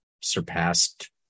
surpassed